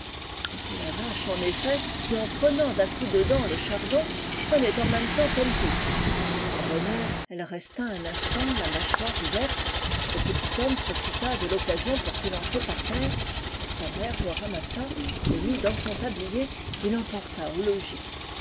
c'était la vache en effet qui en prenant d'un coup de dent le chardon prenait en même temps tom pouce par bonheur elle resta un instant la mâchoire ouverte le petit tom profita de l'occasion pour s'élancer par terre sa mère le ramassa le mit dans son tablier et l'emporta au logis